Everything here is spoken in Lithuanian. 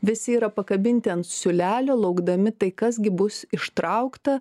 visi yra pakabinti ant siūlelio laukdami tai kas gi bus ištraukta